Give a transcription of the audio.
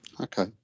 Okay